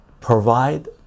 provide